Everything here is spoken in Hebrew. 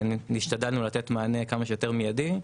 השתדלנו לתת מענה כמה שיותר מידי.